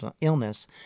illness